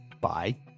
Bye